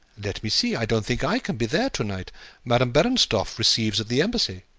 let me see. i don't think i can be there to-night madame berenstoff receives at the embassy.